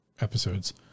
episodes